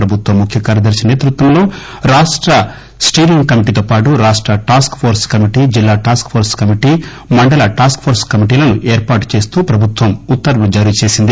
ప్రభుత్వ ముఖ్య కార్యదర్శి సేతృత్వంలో రాష్ట స్టీరింగ్ కమిటీతోపాటు రాష్ట టాస్కిఫోర్స్ కమిటీ జిల్లా టాస్క్వోర్పు కమిటీ మండల టాస్క్వోర్స్ కమిటీలను ఏర్పాటు చేస్తూ ప్రభుత్వం ఉత్తర్వులు జారీచేసింది